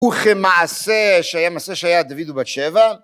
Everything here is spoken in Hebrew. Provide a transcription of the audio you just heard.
וכמעשה, שהיה מעשה שהיה דוד ובת שבע.